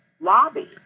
lobby